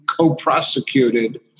co-prosecuted